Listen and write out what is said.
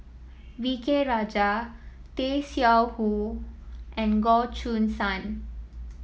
V K Rajah Tay Seow Huah and Goh Choo San